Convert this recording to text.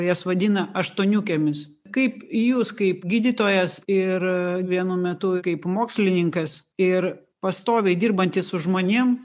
jas vadina aštuoniukėmis kaip jūs kaip gydytojas ir vienu metu kaip mokslininkas ir pastoviai dirbantis su žmonėm